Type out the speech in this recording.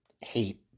hate